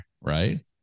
right